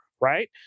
right